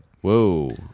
Whoa